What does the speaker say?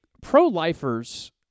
pro-lifers